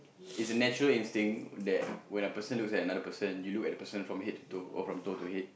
is a natural instinct that when a person looks at another person you look at the person from head to toe or from toe to head